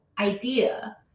idea